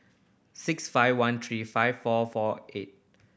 six five one three five four four eight